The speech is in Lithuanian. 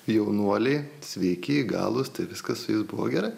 jaunuoliai sveiki įgalūs tai viskas buvo gerai